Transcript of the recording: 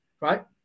right